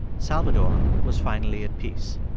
salvador was finally at peace.